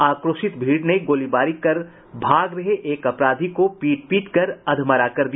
आक्रोशित भीड़ ने गोलीबारी कर भाग रहे एक अपराधी को पीट पीट कर अधमरा कर दिया